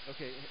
Okay